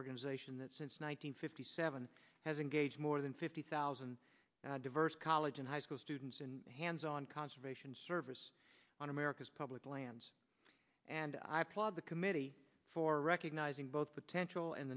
organization that since one nine hundred fifty seven has engaged more than fifty thousand diverse college and high school students in a hands on conservation service on america's public lands and i applaud the committee for recognizing both potential and